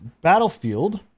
battlefield